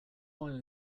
oil